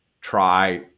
try